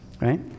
right